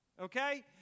okay